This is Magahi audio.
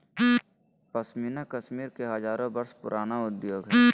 पश्मीना कश्मीर के हजारो वर्ष पुराण उद्योग हइ